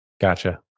Gotcha